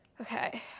Okay